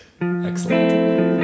excellent